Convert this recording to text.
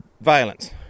violence